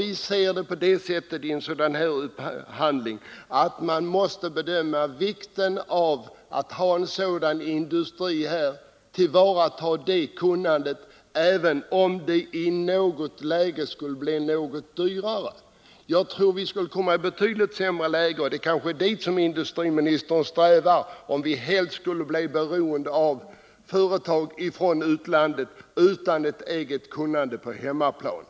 Vi ser det så här: Vid en upphandling måste man bedöma också vikten av att ha en sådan industri här och tillvarata det kunnandet, även om det i något läge skulle bli något dyrare. Jag tror vi skulle komma i ett betydligt sämre läge — det är kanske dit industriministern strävar? — om vi helt skulle bli beroende av företag från utlandet och vara utan eget kunnande på hemmaplan.